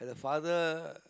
as a father